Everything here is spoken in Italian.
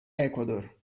ecuador